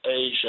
Asia